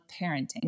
Parenting